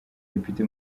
depite